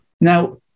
Now